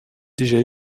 déjà